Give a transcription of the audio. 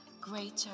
greater